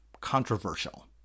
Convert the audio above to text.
controversial